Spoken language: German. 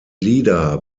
lieder